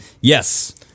Yes